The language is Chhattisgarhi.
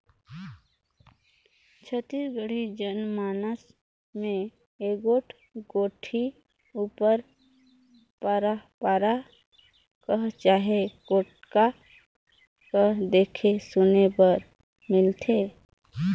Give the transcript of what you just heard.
छत्तीसगढ़ी जनमानस मे एगोट कोठी उपर पंरपरा कह चहे टोटका कह देखे सुने बर मिलथे